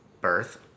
birth